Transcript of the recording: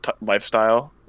lifestyle